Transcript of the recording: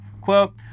Quote